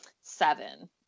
seven